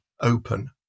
open